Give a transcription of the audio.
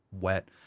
wet